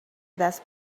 دست